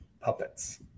puppets